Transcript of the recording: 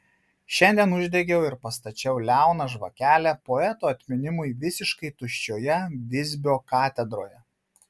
šiandien uždegiau ir pastačiau liauną žvakelę poeto atminimui visiškai tuščioje visbio katedroje